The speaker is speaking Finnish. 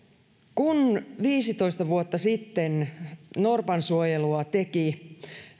kun viisitoista vuotta sitten norpansuojelua teki